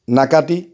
নাকাটি